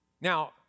Now